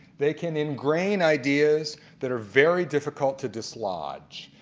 they can engrain ideas that are very difficult to dislodge.